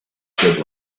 death